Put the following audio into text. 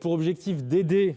pour aider